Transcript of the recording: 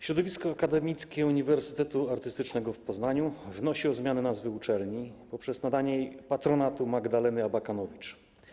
Środowisko akademickie Uniwersytetu Artystycznego w Poznaniu wnosi o zmianę nazwy uczelni poprzez nadanie jej patronatu Magdaleny Abakanowicz.